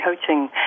Coaching